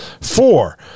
Four